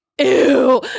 ew